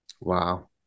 Wow